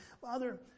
Father